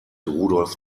rudolf